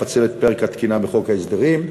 לפצל את פרק התקינה מחוק ההסדרים.